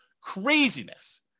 Craziness